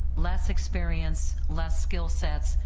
less experience, less skill sets,